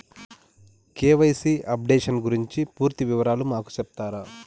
KYC updation గురించి పూర్తి వివరాలు మాకు సెప్తారా?